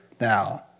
now